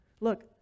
look